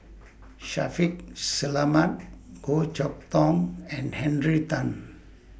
Shaffiq Selamat Goh Chok Tong and Henry Tan